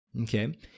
Okay